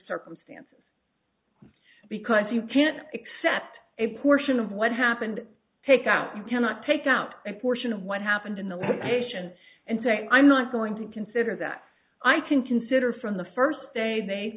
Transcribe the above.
circumstances because you can't accept a portion of what happened take out you cannot take out a portion of what happened in the nation and say i'm not going to consider that i can consider from the first day they